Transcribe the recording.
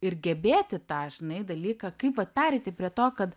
ir gebėti tą žinai dalyką kaip vat pereiti prie to kad